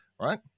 right